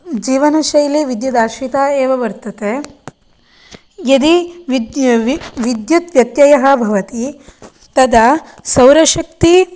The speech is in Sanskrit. जीवनशैली विद्युत् आश्रिता एव वर्तते यदि विद् विद्युत्व्यत्ययः भवति तदा सौरशक्ती